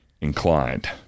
inclined